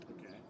Okay